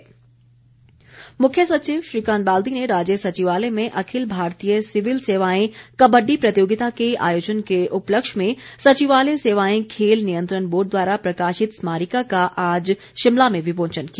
बाल्दी मुख्य सचिव श्रीकांत बाल्दी ने राज्य सचिवालय में अखिल भारतीय सिविल सेवाएं कबड्डी प्रतियोगिता के आयोजन के उपलक्ष में सचिवालय सेवाएं खेल नियंत्रण बोर्ड द्वारा प्रकाशित स्मारिका का आज शिमला में विमोचन किया